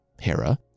Hera